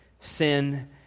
sin